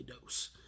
Dose